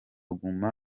guma